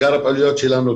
עיקר הפעילויות שלנו,